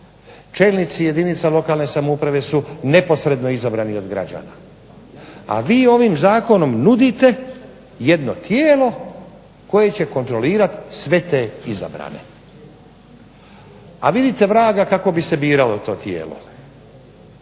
Čelnici jedinca lokalne samouprave su neposredno izabrani od građana, a vi ovim zakonom nudite jedno tijelo koje će kontrolirati sve te izabrane. A vidite vraga kako bi se biralo to